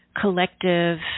collective